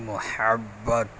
محبت